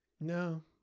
No